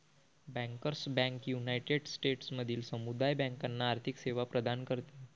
bankers bank united स्टेट्समधील समुदाय बँकांना आर्थिक सेवा प्रदान करते